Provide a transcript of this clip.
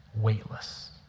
weightless